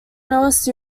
newest